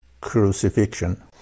Crucifixion